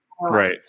Right